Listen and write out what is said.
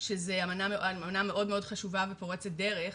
שזו אמנה מאוד חשובה ופורצת דרך,